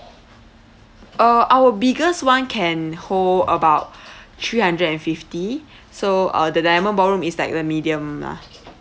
uh our biggest [one] can hold about three hundred and fifty so uh the diamond ballroom is like the medium lah